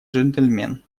джентльмен